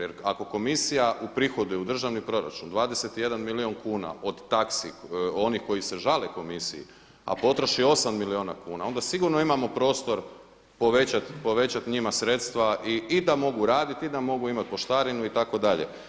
Jer ako komisija uprihoduje u državni proračun 21 milijun kuna od taksi onih koji se žale Komisiji, a potroši 8 milijuna kuna, onda sigurno imamo prostor povećati njima sredstva i da mogu raditi i da mogu imati poštarinu itd.